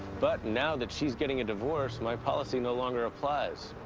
but now that she's getting a divorce, my policy no longer applies,